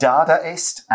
Dadaist